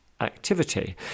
activity